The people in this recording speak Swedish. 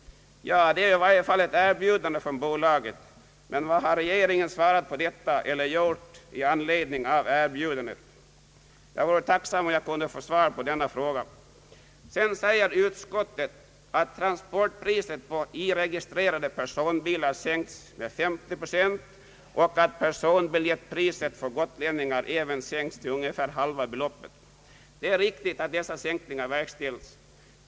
Ja, det är i varje fall ett erbjudande från bolaget. Men vad har regeringen svarat eller gjort i anledning av erbjudandet? Jag vore tacksam om jag kunde få svar på denna fråga. Utskottet säger sedan att transportpriset på TI-registrerade personbilar sänkts med 50 procent och att personbiljettpriset för gotlänningar även sänkts till halva beloppet. Det är riktigt att dessa sänkningar verkställts.